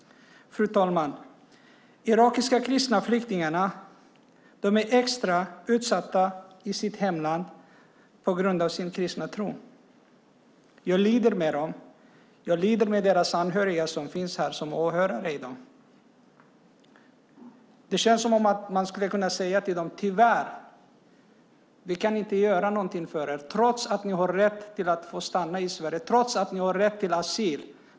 Fru talman! Irakiska kristna flyktingar är extra utsatta i sitt hemland på grund av sin kristna tro. Jag lider med dem. Jag lider med deras anhöriga som finns här som åhörare i dag. Det känns som att vi måste säga till dem: Tyvärr kan vi inte göra något för er, trots att ni har rätt till att få stanna i Sverige, trots att ni har rätt till asyl.